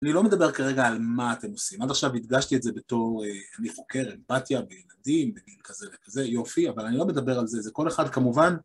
אני לא מדבר כרגע על מה אתם עושים, עד עכשיו הדגשתי את זה בתור אני חוקר אמפתיה בילדים, בגיל כזה וכזה, יופי, אבל אני לא מדבר על זה, זה כל אחד כמובן